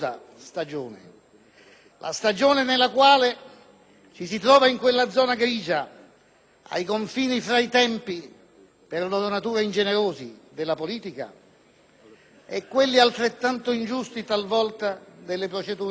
la stagione nella quale ci si trova in quella zona grigia ai confini tra i tempi per loro natura ingenerosi della politica e quelli altrettanto ingiusti talvolta delle procedure del diritto.